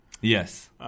Yes